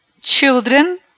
children